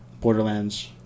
Borderlands